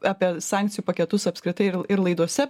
apie sankcijų paketus apskritai ir ir laidose